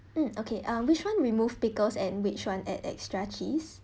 mm okay um which one remove pickles and which one add extra cheese